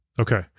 Okay